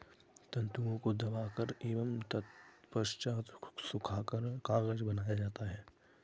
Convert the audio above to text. तन्तुओं को दबाकर एवं तत्पश्चात सुखाकर कागज बनाया जाता है